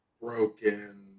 broken